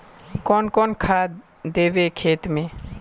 कौन कौन खाद देवे खेत में?